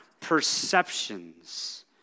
perceptions